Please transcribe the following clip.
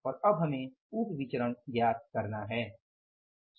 और अब हमें उप विचरण ज्ञात करना है